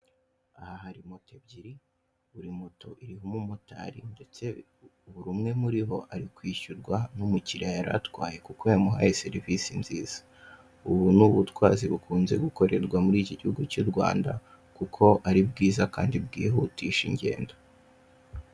Aha hari moto ebyiri buri moto iriho umumotari ndetse buri umwe muri bo ari kwishyurwa n'umukiriya yari atwaye kuko yamuhaye serivisi nziza, ubu ni ubutwazi bikunze gukoreshwa hano mu gihugu cy'u Rwanda kuko ari bwiza Kandi bwihutisha ingendo.